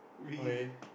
okay